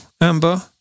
amber